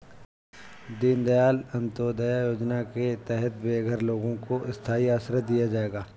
दीन दयाल अंत्योदया योजना के तहत बेघर लोगों को स्थाई आश्रय दिया जाएगा